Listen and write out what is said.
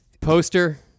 Poster